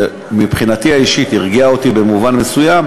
מבחינתי האישית זה הרגיע אותי במובן מסוים,